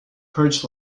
perch